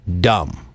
dumb